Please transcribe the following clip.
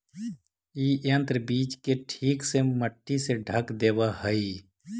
इ यन्त्र बीज के ठीक से मट्टी से ढँक देवऽ हई